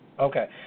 Okay